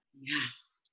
yes